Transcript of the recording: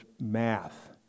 math